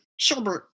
Sherbert